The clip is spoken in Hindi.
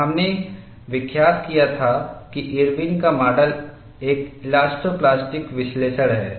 और हमने विख्यात किया था कि इरविनIrwin's का माडल एक इलास्टो प्लास्टिक विश्लेषण है